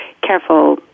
careful